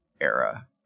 era